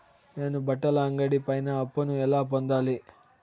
నేను బట్టల అంగడి పైన అప్పును ఎలా పొందాలి?